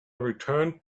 returned